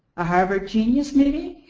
a harvard genius maybe?